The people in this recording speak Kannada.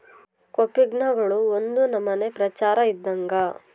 ಕೋಪಿನ್ಗಳು ಒಂದು ನಮನೆ ಪ್ರಚಾರ ಇದ್ದಂಗ